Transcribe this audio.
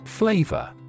Flavor